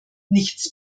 nichts